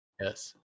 yes